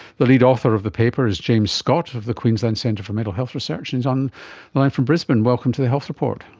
the lead author of the paper is james scott of the queensland centre for mental health research, and his on the line from brisbane. welcome to the health report.